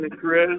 Chris